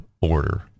order